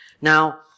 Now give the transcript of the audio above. Now